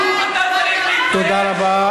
אתה צריך להתבייש, תודה רבה.